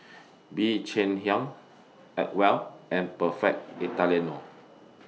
Bee Cheng Hiang Acwell and Perfect Italiano